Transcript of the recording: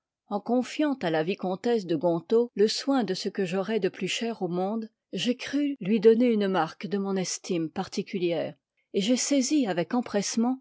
en confiant à la vicomtesse de gontaut le soin de ce que j'aurai de plus cher au monde j'ai cru lui donner une marque de mon estime particulière et j'ai saisi avec empressement